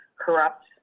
corrupt